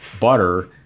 butter